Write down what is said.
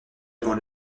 avant